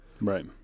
Right